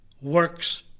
works